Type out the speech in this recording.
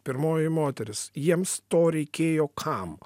pirmoji moteris jiems to reikėjo kam